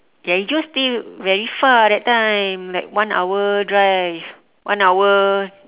yayi Joe stay very far that time like one hour drive one hour